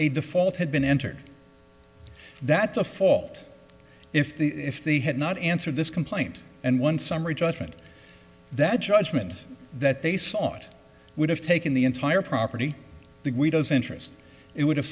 a default had been entered that's a fault if they had not answered this complaint and one summary judgment that judgment that they saw it would have taken the entire property guido's interest it would have